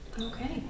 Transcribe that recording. Okay